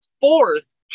Fourth